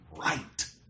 right